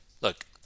Look